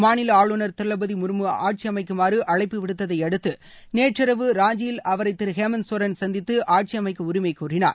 மாநில ஆளுநர் திரௌபதி முர்மு ஆட்சி அமைக்குமாறு அழைப்பு விடுத்ததை அடுத்து நேற்றிரவு ராஞ்சியில் அவரை திரு ஹேமந்த் சோரன் சந்தித்து ஆட்சி அமைக்க உரிமை கோரினார்